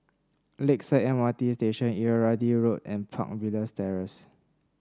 Lakeside M R T Station Irrawaddy Road and Park Villas Terrace